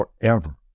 forever